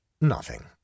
Nothing